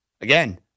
Again